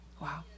Wow